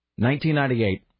1998